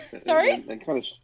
Sorry